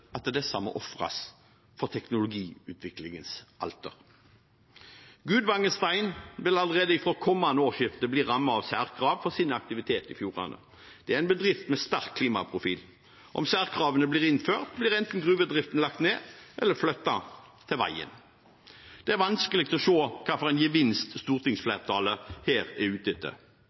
at disse må ofres på teknologiutviklingens alter? Gudvangen Stein vil allerede fra kommende årsskifte bli rammet av særkrav for sin aktivitet i fjordene. Det er en bedrift med sterk klimaprofil. Om særkravene blir innført, blir enten gruvedriften lagt ned eller transporten flyttet til veien. Det er vanskelig å se hvilken gevinst stortingsflertallet her er ute etter.